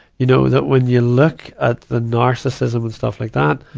you know, that when you look at the narcissism and stuff like that,